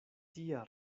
tia